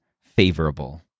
favorable